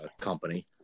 company